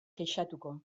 kexatuko